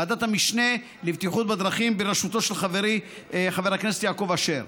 ועדת המשנה לבטיחות בדרכים בראשותו של חברי חבר הכנסת יעקב אשר.